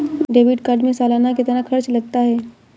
Debit card में सालाना कितना खर्च लगता है?